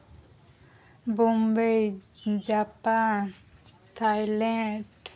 Bombay Japan Thailand